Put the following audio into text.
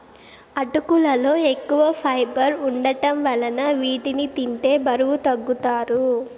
అటుకులలో ఎక్కువ ఫైబర్ వుండటం వలన వీటిని తింటే బరువు తగ్గుతారు